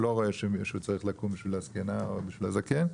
הוא לא רואה שהוא צריך לקום בשביל הזקנה או בשביל הזקן.